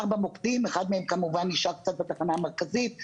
אחד מהם כמובן נשאר קצת בתחנה המרכזית,